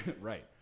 Right